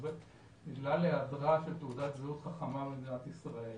בגלל היעדרה של תעודת זהות חכמה במדינת ישראל,